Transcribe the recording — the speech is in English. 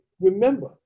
Remember